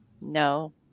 no